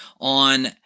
on –